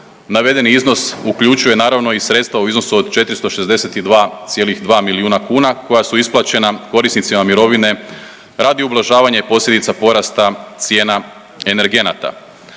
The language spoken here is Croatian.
navedeni iznos uključuje naravno i sredstva u iznosu od 462,2 milijuna kuna koja su isplaćena korisnicima mirovine radi ublažavanja i posljedica porasta cijena energenata.